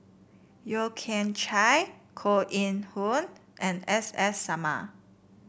Yeo Kian Chai Koh Eng Hoon and S S Sarma